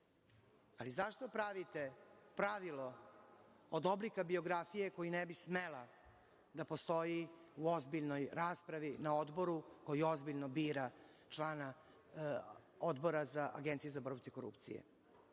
ali zašto pravite pravilo od oblika biografije koji ne bi smela da postoji u ozbiljnoj raspravi na odboru koji ozbiljno bira člana Odbora Agencije za borbu protiv korupcije.